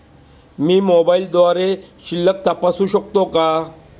मी मोबाइलद्वारे शिल्लक तपासू शकते का?